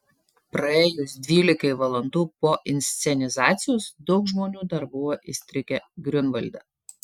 praėjus dvylikai valandų po inscenizacijos daug žmonių dar buvo įstrigę griunvalde